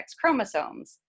chromosomes